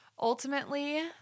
Ultimately